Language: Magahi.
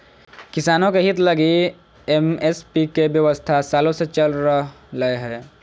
किसानों के हित लगी एम.एस.पी के व्यवस्था सालों से चल रह लय हें